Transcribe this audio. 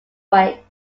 way